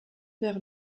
vers